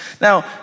Now